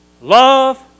Love